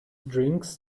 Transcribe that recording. drinks